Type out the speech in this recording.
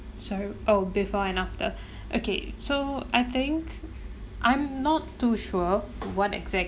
sorry oh before and after okay so I think I'm not too sure what exactly